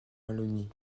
wallonie